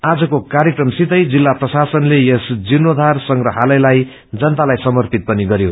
आजको कार्यक्रम साथै जिल्ला प्रशासनले यस जिर्णोचार संग्रहालयलाई जनतालाई सर्मपित पनि गरयो